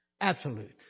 Absolute